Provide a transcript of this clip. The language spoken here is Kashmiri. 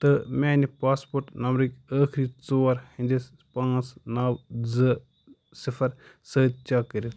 تہٕ میٛانہِ پاسپورٹ نمبرٕکۍ ٲخری ژور ہِنٛدِس پانٛژھ نَو زٕ صِفر سۭتۍ چیٚک کٔرِتھ